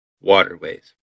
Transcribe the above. waterways